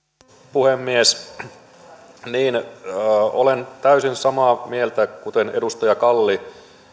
puhemies olen täysin samaa mieltä kuin edustaja kalli